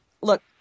look